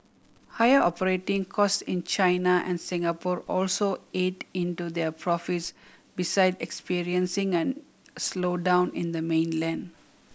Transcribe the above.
higher operating costs in China and Singapore also ate into their profits besides experiencing an slowdown in the mainland